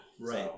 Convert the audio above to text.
Right